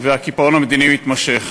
הקיפאון המדיני המתמשך.